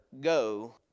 Go